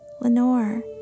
Lenore